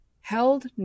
Held